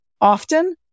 often